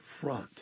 front